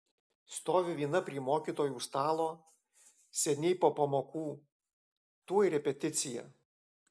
stoviu viena prie mokytojų stalo seniai po pamokų tuoj repeticija